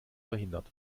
verhindert